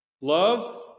love